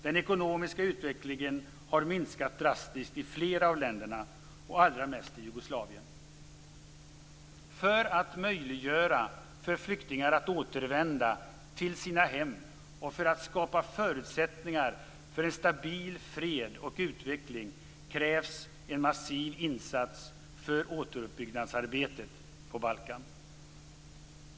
Den ekonomiska utvecklingen har minskat drastiskt i flera av länderna, och allra mest i Jugoslavien. För att möjliggöra för flyktingar att återvända till sina hem och för att skapa förutsättningar för en stabil fred och utveckling krävs en massiv insats för återuppbyggnadsarbetet på Balkan.